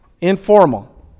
informal